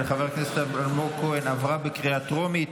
של חבר הכנסת אלמוג כהן עברה בקריאה טרומית.